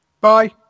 Bye